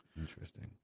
Interesting